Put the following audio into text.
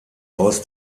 aus